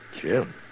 Jim